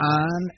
on